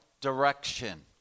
direction